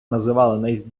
називали